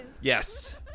yes